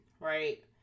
right